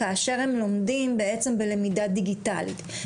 כאשר הם לומדים בעצם בלמידה דיגיטלית?